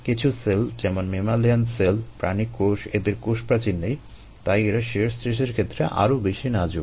কিছু সেল যেমন mammalian cell প্রাণীকোষ এদের কোষপ্রাচীর নেই এবং তাই এরা শিয়ার স্ট্রেসের ক্ষেত্রে আরো বেশি নাজুক